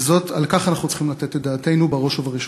ועל כך אנחנו צריכים לתת את דעתנו בראש ובראשונה.